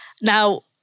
Now